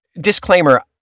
disclaimer